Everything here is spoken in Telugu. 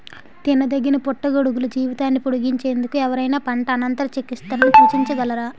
తినదగిన పుట్టగొడుగుల జీవితాన్ని పొడిగించేందుకు ఎవరైనా పంట అనంతర చికిత్సలను సూచించగలరా?